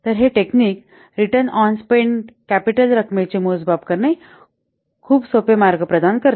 तर हे technique return on spend capital रकमे चे मोजमाप करणे खूप सोपे मार्ग प्रदान करते